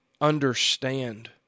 understand